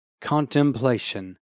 contemplation